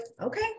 okay